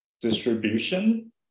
distribution